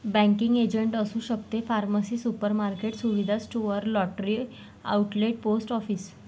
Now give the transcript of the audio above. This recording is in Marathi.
बँकिंग एजंट असू शकते फार्मसी सुपरमार्केट सुविधा store lottery outlet post office